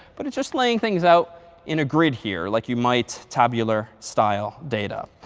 but it's just laying things out in a grid here, like you might tabular style data.